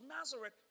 Nazareth